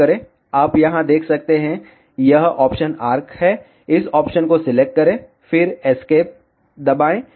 आप यहां देख सकते हैं यह ऑप्शन आर्क है इस ऑप्शन को सिलेक्ट करें फिर एस्केप दबाएं